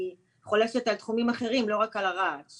זו אכן לקונה.